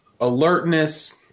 alertness